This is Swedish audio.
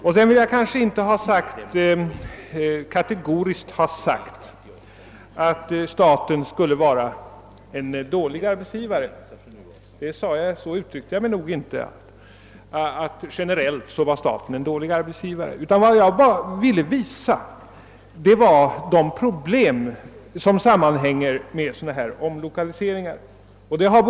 Vidare vill jag inte kategoriskt påstå att staten generellt skulle vara en dålig arbetsgivare och så uttryckte jag mig nog inte heller. Jag ville bara peka på de problem som sammanhänger med omlokaliseringar av det här slaget.